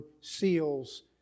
seals